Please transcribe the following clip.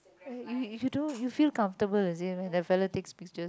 uh you you do~ you feel comfortable is it when that fellow takes pictures